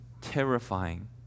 terrifying